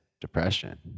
depression